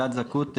אלעד זכות,